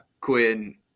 Quinn